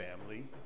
family